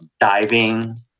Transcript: diving